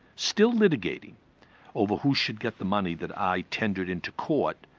still litigating over who should get the money that i tendered into court,